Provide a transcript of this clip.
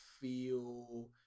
feel